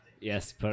Yes